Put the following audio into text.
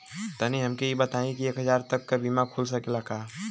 तनि हमके इ बताईं की एक हजार तक क बीमा खुल सकेला का?